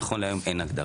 נכון להיום אין הגדרה.